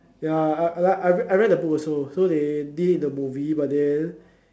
ya I I I read the book also so they did the movie but then